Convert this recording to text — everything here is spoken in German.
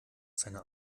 seiner